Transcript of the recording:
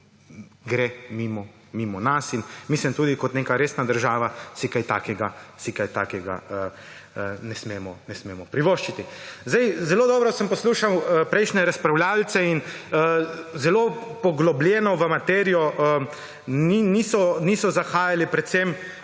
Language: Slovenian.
hitro mimo nas in mislim, da si tudi kot neka resna država kaj takega ne smemo privoščiti. Zelo dobro sem poslušal prejšnje razpravljavce in zelo poglobljeno v materijo niso zahajali, predvsem